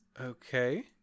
Okay